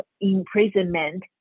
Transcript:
imprisonment